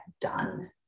done